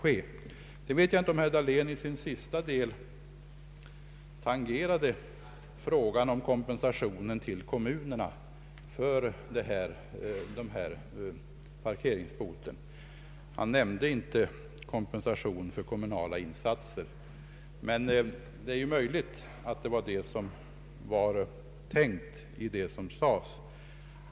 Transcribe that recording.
Sedan vet jag inte om herr Dahlén i sista delen av sitt anförande tangerade frågan om kompensation till kommunerna för parkeringsbot. Han nämnde inte kompensation för kommunala insatser, men det är möjligt att det var tänkt så i det som sades.